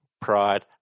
Pride